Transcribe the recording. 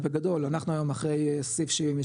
אבל בגדול אנחנו היום אחרי סעיף 77,